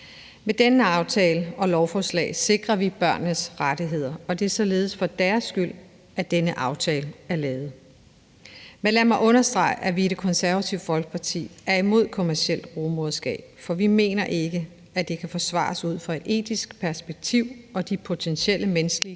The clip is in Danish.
Med denne aftale og dette lovforslag sikrer vi børnenes rettigheder. Det er således for deres skyld, at denne aftale er lavet. Men lad mig understrege, at vi i Det Konservative Folkeparti er imod kommercielt rugemoderskab, for vi mener ikke, at det kan forsvares ud fra et etisk perspektiv og på baggrund af de potentielle menneskelige